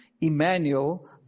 Emmanuel